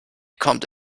kommt